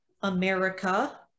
America